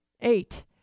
eight